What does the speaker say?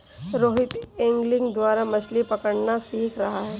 Rohit angling द्वारा मछ्ली पकड़ना सीख रहा है